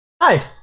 nice